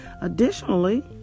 Additionally